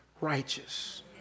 righteous